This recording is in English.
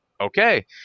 okay